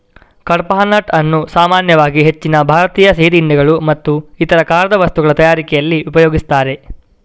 ಕಡ್ಪಾಹ್ನಟ್ ಅನ್ನು ಸಾಮಾನ್ಯವಾಗಿ ಹೆಚ್ಚಿನ ಭಾರತೀಯ ಸಿಹಿ ತಿಂಡಿಗಳು ಮತ್ತು ಇತರ ಖಾರದ ವಸ್ತುಗಳ ತಯಾರಿಕೆನಲ್ಲಿ ಉಪಯೋಗಿಸ್ತಾರೆ